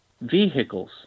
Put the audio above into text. vehicles